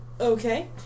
okay